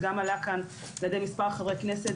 זה גם עלה כאן על ידי מספר חברי כנסת.